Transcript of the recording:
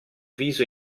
viso